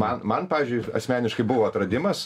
man man pavyzdžiui asmeniškai buvo atradimas